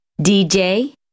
DJ